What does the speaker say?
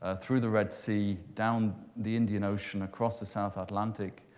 ah through the red sea down the indian ocean, across the south atlantic,